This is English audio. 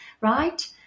right